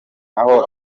naho